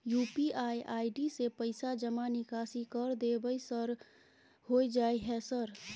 UPI ID से पैसा जमा निकासी कर देबै सर होय जाय है सर?